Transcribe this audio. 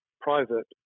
private